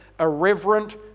irreverent